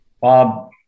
Bob